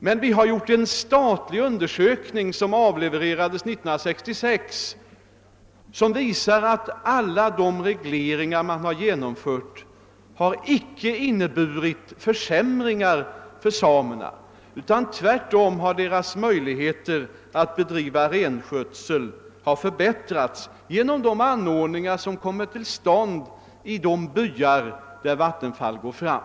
Men en statlig utredning, som avlämnade sitt betänkande år 1966, visar att ingen av de regleringar som genomförts har inneburit försämringar för samerna. Tvärtom har samernas möjligheter att bedriva renskötsel förbättrats genom de anordningar som kommer till stånd i de byar där Vattenfall går fram.